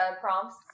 prompts